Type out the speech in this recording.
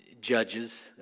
Judges